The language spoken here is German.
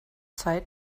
zeit